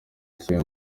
cye